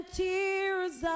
tears